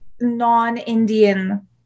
non-Indian